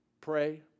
pray